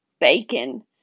bacon